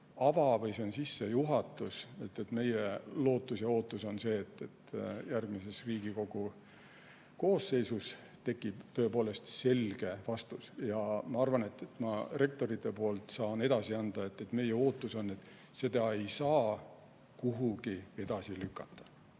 see on alles sissejuhatus. Meie lootus ja ootus on see, et järgmises Riigikogu koosseisus tekib tõepoolest selge vastus. Ja ma arvan, et ma rektorite poolt saan edasi anda, et meie ootus on selline: seda ei saa kuhugi edasi lükata,